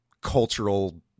cultural